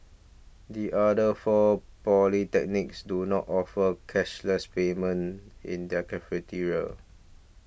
the other four polytechnics do not offer cashless payment in their cafeterias